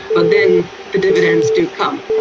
but then the dividends do come.